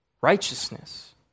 righteousness